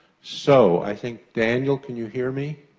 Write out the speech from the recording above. so, i think, daniel, can you hear me?